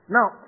Now